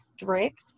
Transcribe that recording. strict